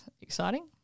exciting